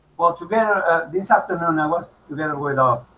well yeah this afternoon um us together with our